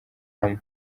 hamwe